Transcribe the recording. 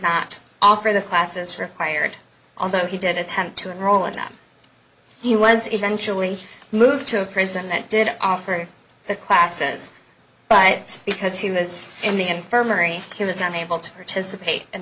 not offer the classes for wired although he did attempt to enroll in that he was eventually moved to a prison that did offer the classes but because he was in the infirmary he was not able to participate in